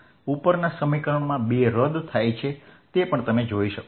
ઉપરના સમીકરણમાં 2 રદ થાય છે તે તમે જોઈ શકો છો